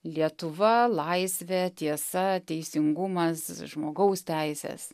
lietuva laisvė tiesa teisingumas žmogaus teisės